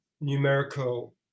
numerical